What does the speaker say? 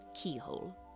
keyhole